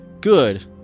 Good